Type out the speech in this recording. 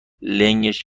لنگش